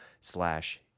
slash